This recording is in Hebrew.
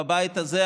בבית הזה,